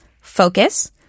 focus